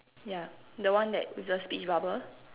yup the one that with the speech bubble